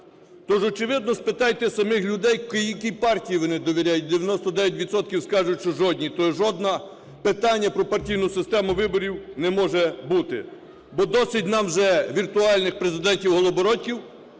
Тож, очевидно, спитайте самих людей, якій партії вони довіряють? 99 відсотків скажуть, що жодній. То жодного питання про партійну систему виборів не може бути. Бо досить нам вже віртуальних президентів Голобородьків.